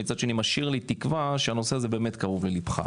מצד שני משאיר לי תקווה שהנושא הזה באמת קרוב לליבך.